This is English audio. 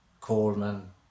Coleman